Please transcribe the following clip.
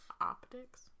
Optics